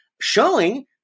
showing